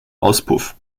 auspuff